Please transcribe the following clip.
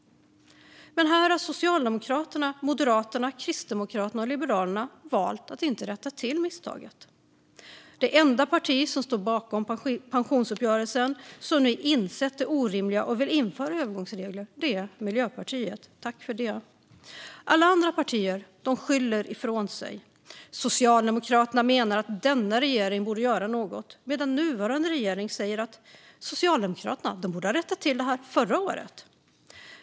Men här har Socialdemokraterna, Moderaterna, Kristdemokraterna och Liberalerna valt att inte rätta till misstaget. Det enda parti som stod bakom pensionsuppgörelsen som nu insett det orimliga och vill införa övergångsregler är Miljöpartiet. Tack för det! Alla andra partier skyller ifrån sig. Socialdemokraterna menar att denna regering borde göra något, medan nuvarande regering säger att Socialdemokraterna borde ha rättat till detta förra året.